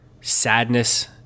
sadness